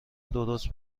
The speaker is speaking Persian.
درست